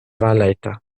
wahlleiter